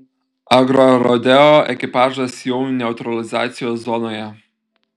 agrorodeo ekipažas jau neutralizacijos zonoje